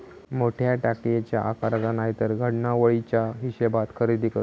मोठ्या टाकयेच्या आकाराचा नायतर घडणावळीच्या हिशेबात खरेदी करतत